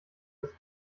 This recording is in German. das